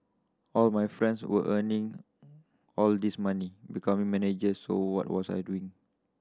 all my friends were earning all this money becoming managers so what was I doing